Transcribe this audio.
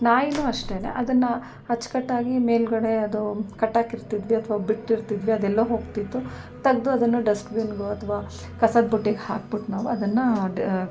ನಾಯಿಯೂ ಅಷ್ಟೇ ಅದನ್ನು ಅಚ್ಚುಕಟ್ಟಾಗಿ ಮೇಲುಗಡೆ ಅದು ಕಟ್ಟಾಕಿರ್ತಿದ್ವಿ ಅಥ್ವಾ ಬಿಟ್ಟಿರುತಿದ್ವಿ ಅದೆಲ್ಲೋ ಹೋಗ್ತಿತ್ತು ತೆಗ್ದು ಅದನ್ನು ಡಸ್ಟ್ಬಿನ್ನಿಗೋ ಅಥವಾ ಕಸದ ಬುಟ್ಟಿಗೆ ಹಾಕ್ಬಿಟ್ಟು ನಾವು ಅದನ್ನು ಡ